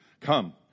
Come